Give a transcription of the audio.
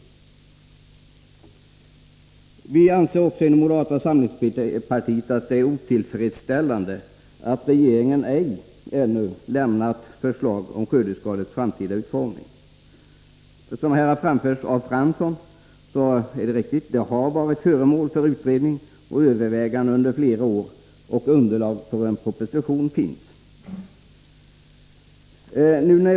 Inom moderata samlingspartiet anser vi också att det är otillfredsställande att regeringen inte ännu lämnat förslag om skördeskadeskyddets framtida utformning. Det är riktigt som Jan Fransson sade att skördeskadeskyddet har varit föremål för utredning och överväganden under flera år; det finns underlag för en proposition.